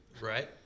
Right